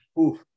oof